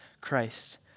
Christ